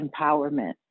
empowerment